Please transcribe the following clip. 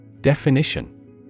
Definition